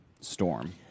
Storm